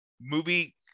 movie